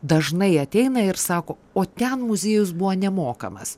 dažnai ateina ir sako o ten muziejus buvo nemokamas